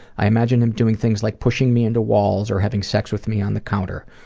i imagine him doing things like pushing me into walls or having sex with me on the counter.